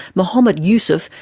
mohammed yusuf,